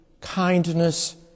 kindness